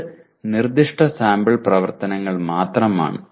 ഇത് നിർദ്ദിഷ്ട സാമ്പിൾ പ്രവർത്തനങ്ങൾ മാത്രമാണ്